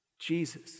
Jesus